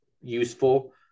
useful